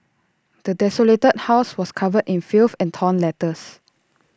the desolated house was covered in filth and torn letters